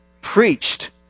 preached